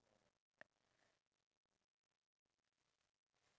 ya but no regrets